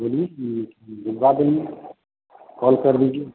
बोलिए भिजवा देंगे कॉल कर दीजिए